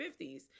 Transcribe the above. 50s